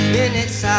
minutes